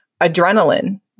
adrenaline